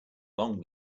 long